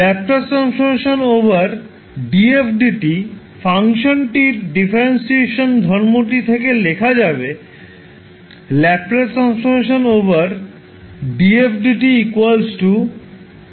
ℒ 𝑑𝑓dt ফাংশনটির ডিফারেনশিয়েশান ধর্মটি থেকে লেখা যাবে ℒ 𝑑𝑓dt